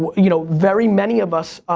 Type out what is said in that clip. but you know very many of us,